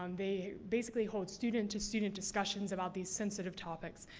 um they, basically, hold student-to-student discussions about these sensitive topics.